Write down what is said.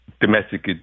domestic